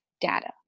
data